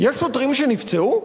יש שוטרים שנפצעו?